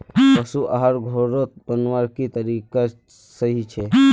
पशु आहार घोरोत बनवार की तरीका सही छे?